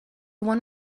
one